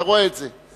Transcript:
אתה רואה את זה.